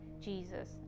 Jesus